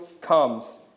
comes